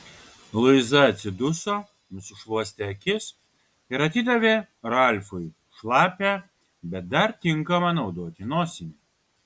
luiza atsiduso nusišluostė akis ir atidavė ralfui šlapią bet dar tinkamą naudoti nosinę